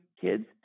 kids